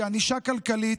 שהיא ענישה כלכלית,